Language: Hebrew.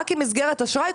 רק עם מסגרת אשראי,